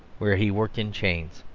where he worked in chains.